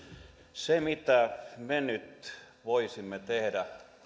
mitä me nyt voisimme tehdä miten